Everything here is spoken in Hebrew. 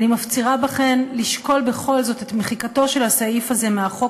אני מפצירה בכן לשקול בכל זאת את מחיקתו של הסעיף הזה מהחוק